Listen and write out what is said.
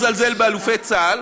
ואני לא מזלזל באלופי צה"ל,